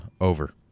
over